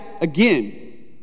again